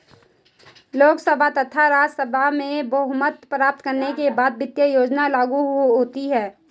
लोकसभा तथा राज्यसभा में बहुमत प्राप्त करने के बाद वित्त योजना लागू होती है